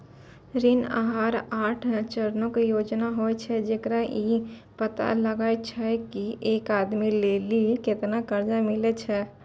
ऋण आहार आठ चरणो के योजना होय छै, जेकरा मे कि इ पता लगैलो जाय छै की एक आदमी लेली केतना कर्जा मिलै छै